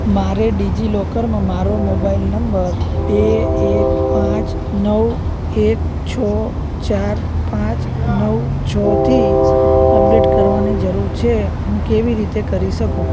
મારે ડિજિલોકરમાં મારો મોબાઈલ નંબર બે એક પાંચ નવ એક છ ચાર પાંચ નવ છથી અપડેટ કરવાની જરૂર છે હું કેવી રીતે કરી શકું